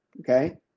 Okay